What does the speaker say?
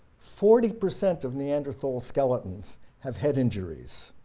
forty percent of neanderthal skeletons have head injuries.